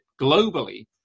globally